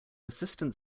assistant